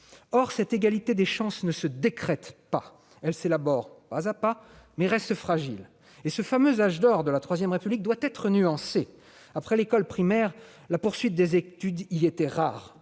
Or l'égalité des chances ne se décrète pas ; elle s'élabore pas à pas, mais reste fragile et le fameux âge d'or de la III République doit être nuancé. Après l'école primaire, la poursuite des études y était rare.